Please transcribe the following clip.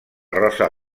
rosa